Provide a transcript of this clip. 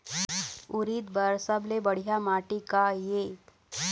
उरीद बर सबले बढ़िया माटी का ये?